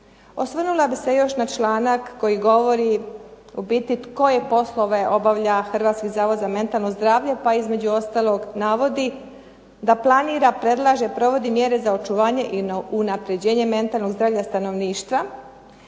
Osvrnula bih se još na članak koji govori u biti koje poslove obavlja Hrvatski zavod za mentalno zdravlje, pa između ostalog navodi da planira, predlaže, provodi mjere za očuvanje i unapređenje mentalnog zdravlja stanovništva